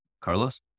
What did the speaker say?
Carlos